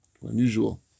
Unusual